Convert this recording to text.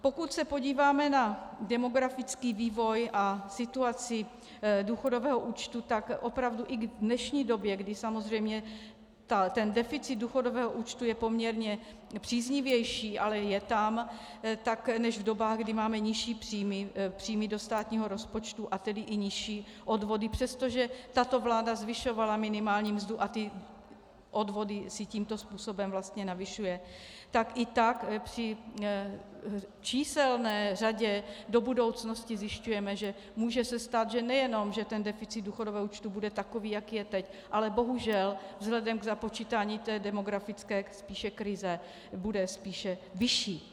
Pokud se podíváme na demografický vývoj a situaci důchodového účtu, tak opravdu i v dnešní době, kdy samozřejmě deficit důchodového účtu je poměrně příznivější ale je tam než v dobách, kdy máme nižší příjmy do státního rozpočtu, a tedy i nižší odvody, přestože tato vláda zvyšovala minimální mzdu a odvody si tímto způsobem vlastně navyšuje, tak i při číselné řadě do budoucnosti zjišťujeme, že se může stát, že nejenom deficit důchodového účtu bude takový, jaký je teď, ale bohužel vzhledem k započítání demografické krize bude spíše vyšší.